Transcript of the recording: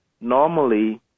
Normally